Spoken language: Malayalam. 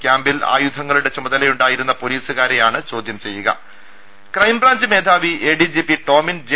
ക്യാമ്പിൽ ആയുധങ്ങളുടെ ചുമതലയുണ്ടായിരുന്ന പൊലീസുകാരെയാണ് ചോദ്യം ചെയ്യുക രെട ക്രൈംബ്രാഞ്ച് മേധാവി എഡിജിപി ടോമിൻ ജെ